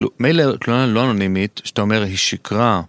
מילא כלל לא אנונימית, זאת אומרת, היא שקרה.